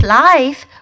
life